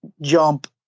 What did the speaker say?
jump